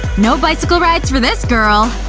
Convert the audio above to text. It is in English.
no bicycle rides for this girl!